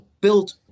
built